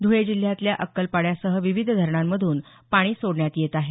धुळे जिल्ह्यातल्या अक्कलपाड्यासह विविध धरणांमधून पाणी सोडण्यात येत आहे